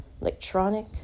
electronic